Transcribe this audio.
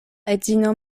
edzino